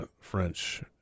French